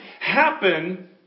happen